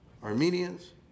Armenians